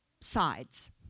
sides